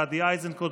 גדי איזנקוט,